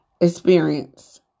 experience